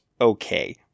okay